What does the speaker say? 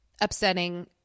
upsetting